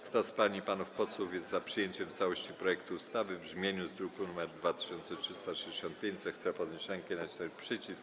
Kto z pań i panów posłów jest za przyjęciem w całości projektu ustawy w brzmieniu z druku nr 2365, zechce podnieść rękę i nacisnąć przycisk.